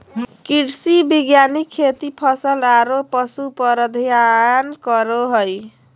कृषि वैज्ञानिक खेती, फसल आरो पशु पर अध्ययन करो हइ